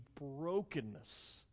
brokenness